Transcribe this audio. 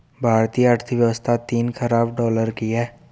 भारतीय अर्थव्यवस्था तीन ख़रब डॉलर की है